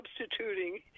Substituting